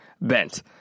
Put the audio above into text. bent